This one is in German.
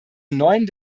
neuen